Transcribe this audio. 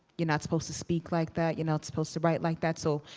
you're not supposed to speak like that, you're not supposed to write like that. so,